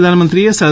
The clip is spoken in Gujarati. પ્રધાનમંત્રીએ સી